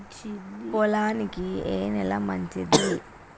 పొలానికి ఏ నేల మంచిది?